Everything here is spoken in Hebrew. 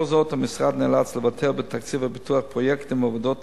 לנוכח זאת המשרד נאלץ לוותר בתקציב הפיתוח על פרויקטים ועבודות